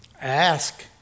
ask